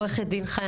עו"ד חיה